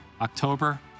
October